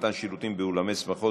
מתן שירותים באולמי שמחות,